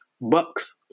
Bucks